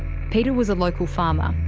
peter was a local farmer,